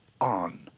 on